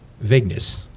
vagueness